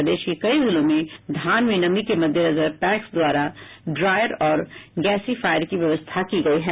प्रदेश के कई जिलों में धान में नमी के मद्देनजर पैक्स द्वारा ड्रायर और गैसीफायर की व्यवस्था की गयी है